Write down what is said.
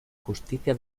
justicia